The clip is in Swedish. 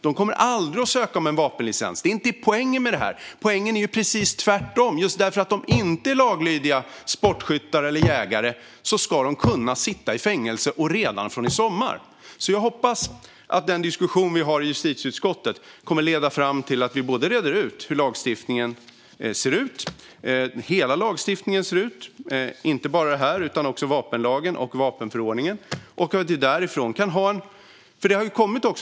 De kommer aldrig att ansöka om en vapenlicens, och det är inte heller poängen med det här. Poängen är precis det motsatta: Just för att de inte är laglydiga sportskyttar eller jägare ska de kunna sitta i fängelse redan från i sommar. Jag hoppas att den diskussion vi har i justitieutskottet kommer att leda fram till att vi reder ut hur hela lagstiftningen ser ut - inte bara gällande detta utan också gällande vapenlagen och vapenförordningen.